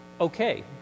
okay